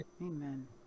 Amen